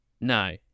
No